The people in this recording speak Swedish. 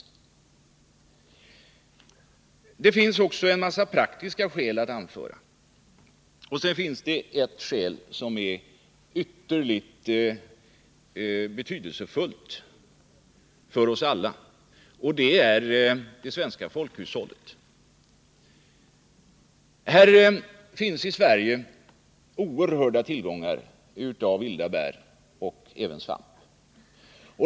Det finns också en rad praktiska skäl för skattebefrielse att anföra, och dessutom finns det ett skäl som är ytterligt betydelsefullt för oss alla, nämligen det svenska folkhushållet. I Sverige finns oerhörda tillgångar av vilda bär och svamp.